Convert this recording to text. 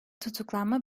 tutuklanma